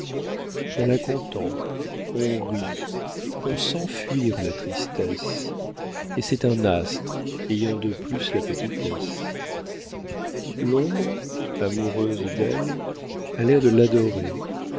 on la contemple on rit on sent fuir la tristesse et c'est un astre ayant de plus la petitesse l'ombre amoureuse d'elle a l'air de l'adorer